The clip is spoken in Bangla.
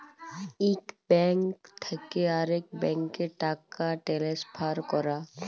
ইক ব্যাংক থ্যাকে আরেক ব্যাংকে টাকা টেলেসফার ক্যরা